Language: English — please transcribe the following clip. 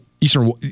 Eastern